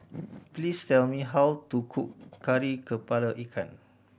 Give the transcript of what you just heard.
please tell me how to cook Kari Kepala Ikan